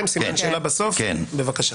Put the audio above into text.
שאלה קצרה עם סימן שאלה בסוף, בבקשה.